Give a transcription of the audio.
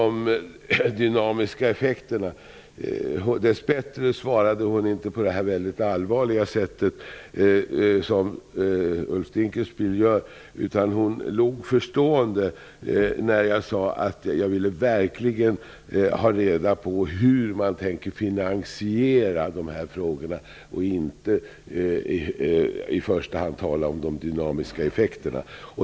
Dess bättre svarade inte hon på det här mycket allvarliga sättet som Ulf Dinkelspiel gör. Hon log förstående när jag sade att jag verkligen ville ha reda på hur man tänker finansiera de här frågorna och inte i första hand ville tala om de dynamiska effekterna.